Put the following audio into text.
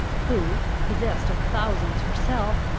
who, possessed of thousands herself,